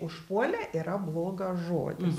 užpuolė yra blogas žodis